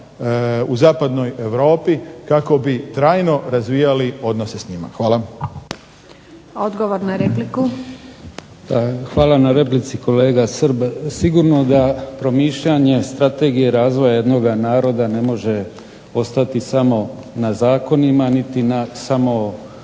u zapadnoj Europi kako bi trajno razvijali odnose s njima. Hvala. **Antunović, Željka (SDP)** Odgovor na repliku. **Rožić, Vedran (HDZ)** Hvala na replici kolega Srb. Sigurno da promišljanje strategije razvoja jednoga naroda ne može ostati samo na zakonima niti na